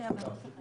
כפי שאמרתי,